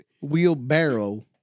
wheelbarrow